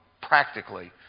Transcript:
practically